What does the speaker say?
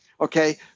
okay